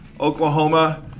Oklahoma